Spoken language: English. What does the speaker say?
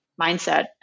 mindset